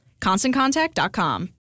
ConstantContact.com